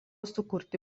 sukurti